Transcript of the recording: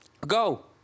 Go